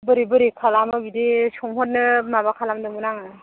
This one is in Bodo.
बोरै बोरै खालामो बिदि सोंहरनो माबा खालामदोंमोन आङो